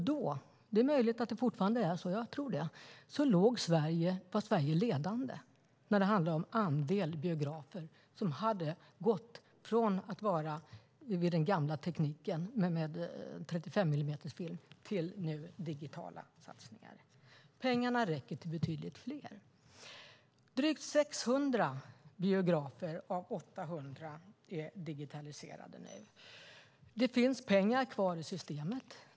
Då var, och är kanske fortfarande, Sverige ledande vad gäller andelen biografer som gått från den gamla tekniken med 35 millimetersfilm till digitalisering. Pengarna räcker till betydligt fler. Drygt 600 av 800 biografer är digitaliserade. Det finns pengar kvar i systemet.